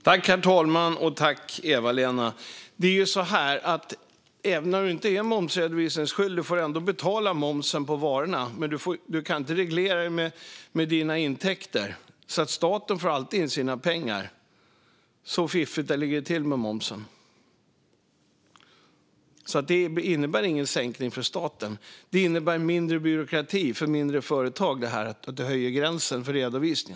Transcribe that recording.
Herr talman! Det är ju så att även om du inte är momsredovisningsskyldig får du betala momsen på varorna, men du kan inte reglera det med dina intäkter, så staten får alltid in sina pengar. Så fiffigt ligger det till med momsen. Det här innebär alltså ingen sänkning för staten. Det innebär mindre byråkrati för mindre företag att höja gränsen för momsredovisning.